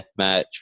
Deathmatch